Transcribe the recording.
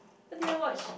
what did I watch